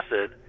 acid